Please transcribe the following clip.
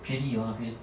便宜 hor 那边